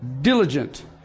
Diligent